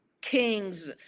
kings